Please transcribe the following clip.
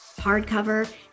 hardcover